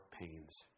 pains